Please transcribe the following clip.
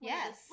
Yes